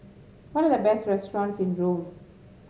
what are the best restaurants in Rome